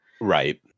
Right